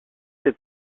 ses